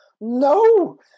no